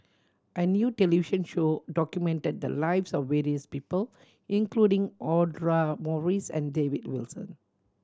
a new television show documented the lives of various people including Audra Morrice and David Wilson